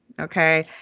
Okay